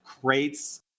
crates